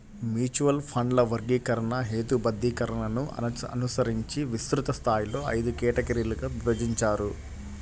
mutual ఫండ్ల వర్గీకరణ, హేతుబద్ధీకరణను అనుసరించి విస్తృత స్థాయిలో ఐదు కేటగిరీలుగా విభజించారు